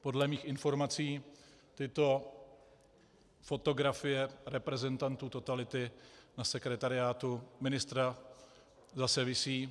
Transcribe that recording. Podle mých informací tyto fotografie reprezentantů totality na sekretariátu ministra zase visí.